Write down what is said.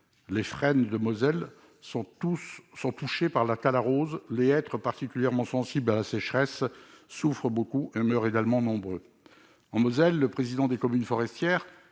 Les frênes de Moselle sont touchés par la chalarose, les hêtres, particulièrement sensibles à la sécheresse, souffrent beaucoup et meurent également nombreux. En Moselle, le président des communes forestières,